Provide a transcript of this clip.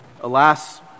Alas